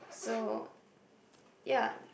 so yeah